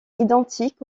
identique